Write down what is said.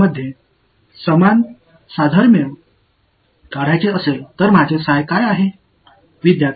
இந்த பையனுக்கும் இந்த பையனுக்கும் இடையிலான ஒரு ஒப்புமையை வரைய விரும்பினால் என் psi என்ன